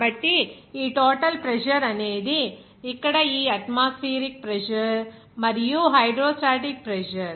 కాబట్టి ఈ total pressure అనేది ఇక్కడ ఈ అట్మాస్ఫియరిక్ ప్రెజర్ మరియు హైడ్రోస్టాటిక్ ప్రెజర్